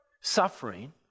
suffering